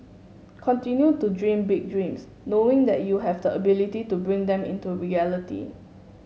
continue to dream big dreams knowing that you have the ability to bring them into reality